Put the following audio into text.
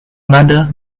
mother